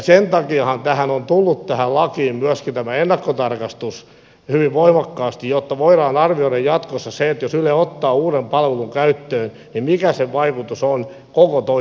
sen takiahan tähän lakiin on tullut myöskin tämä ennakkotarkastus hyvin voimakkaasti jotta voidaan arvioida jatkossa se että jos yle ottaa uuden palvelun käyttöön mikä sen vaikutus on koko toimialalle